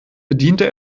bediente